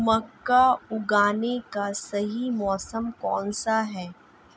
मक्का उगाने का सही मौसम कौनसा है?